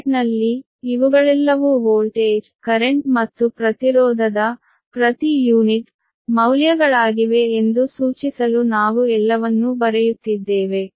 ಬ್ರಾಕೆಟ್ನಲ್ಲಿ ಇವುಗಳೆಲ್ಲವೂ voltage current ಮತ್ತು ಪ್ರತಿರೋಧದ ಪ್ರತಿ ಯೂನಿಟ್ ಮೌಲ್ಯಗಳಾಗಿವೆ ಎಂದು ಸೂಚಿಸಲು ನಾವು ಎಲ್ಲವನ್ನೂ ಬರೆಯುತ್ತಿದ್ದೇವೆ